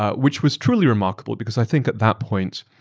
ah which was truly remarkable because i think at that point,